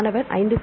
மாணவர் 5